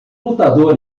lutador